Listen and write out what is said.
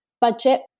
budget